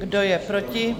Kdo je proti?